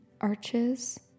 arches